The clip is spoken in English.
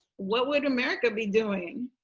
what would america be doing?